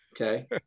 Okay